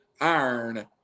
Iron